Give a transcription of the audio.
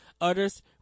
Others